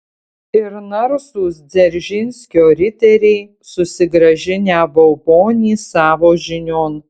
ir narsūs dzeržinskio riteriai susigrąžinę baubonį savo žinion